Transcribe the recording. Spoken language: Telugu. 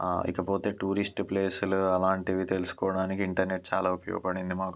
ఇకపోతే టూరిస్ట్ ప్లేస్లు అలాంటివి తెలుసుకోవడానికి ఇంటర్నెట్ చాలా ఉపయోగపడింది మాకు